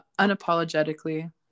unapologetically